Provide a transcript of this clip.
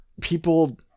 people